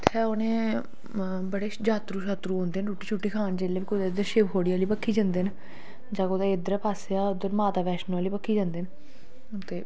उत्थै उ'नें बड़े जात्तरूं शात्तरू औंदे न रुट्टी शुट्टी खान जेल्लै बी कुतै उद्धर शिवखोड़ी आह्ली बक्खी जंदे न जां कुतै इद्धर पासेआ दा माता वैश्णो आह्ली बक्खी जंदे न ते